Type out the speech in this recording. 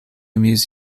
amuse